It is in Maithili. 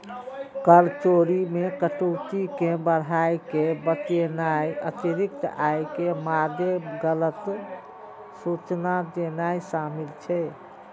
कर चोरी मे कटौती कें बढ़ाय के बतेनाय, अतिरिक्त आय के मादे गलत सूचना देनाय शामिल छै